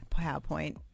PowerPoint